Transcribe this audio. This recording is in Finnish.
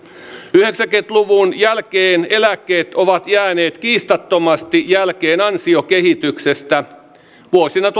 yhdeksänkymmentä luvun jälkeen eläkkeet ovat jääneet kiistattomasti jälkeen ansiokehityksestä vuosina